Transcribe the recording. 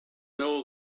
know